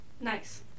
Nice